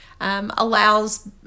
allows